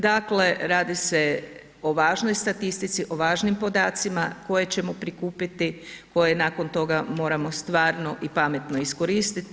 Dakle, radi se o važnoj statistici, o važnim podacima koje ćemo prikupiti, koje nakon toga moramo stvarno i pametno iskoristiti.